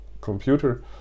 computer